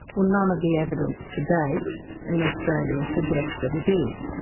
well none of the evidence to date in australia suggests that it is.